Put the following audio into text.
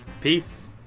Peace